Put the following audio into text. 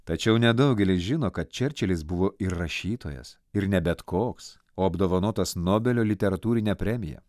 tačiau nedaugelis žino kad čerčilis buvo ir rašytojas ir ne bet koks o apdovanotas nobelio literatūrine premija